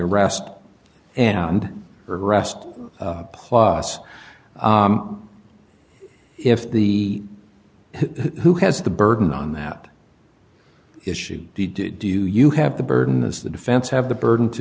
arrest and arrest plus if the who has the burden on that issue do you have the burden is the defense have the burden to